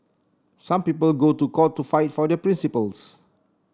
some people go to court to fight for their principles